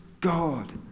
God